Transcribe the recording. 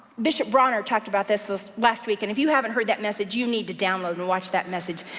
bishop bronner talked about this this last week, and if you haven't heard that message, you need to download and watch that message,